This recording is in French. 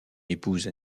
épouse